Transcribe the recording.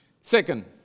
Second